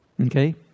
Okay